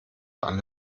alle